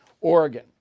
Oregon